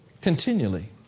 Continually